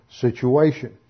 situation